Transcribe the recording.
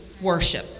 worship